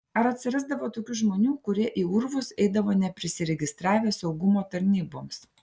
ar atsirasdavo tokių žmonių kurie į urvus eidavo neprisiregistravę saugumo tarnyboms